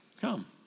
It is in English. Come